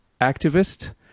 activist